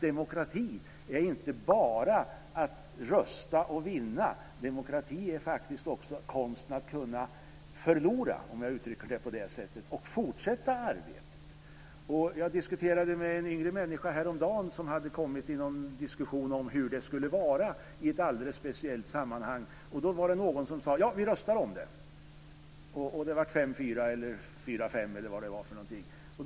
Demokrati är inte bara är att rösta och vinna, utan demokrati är också konsten att kunna förlora - om jag uttrycker det så - och fortsätta arbetet. Jag diskuterade med en yngre människa häromdagen som hade hamnat i en diskussion om hur det skulle vara i ett alldeles speciellt sammanhang. Då var det någon som hade sagt: Vi röstar om det! Det blev 5-4, 4-5 eller något sådant.